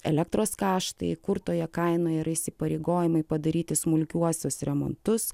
elektros kaštai kur toje kainoje yra įsipareigojimai padaryti smulkiuosius remontus